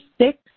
six